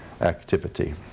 activity